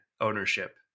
ownership